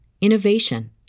innovation